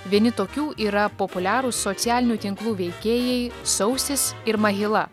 vieni tokių yra populiarūs socialinių tinklų veikėjai sausis ir malila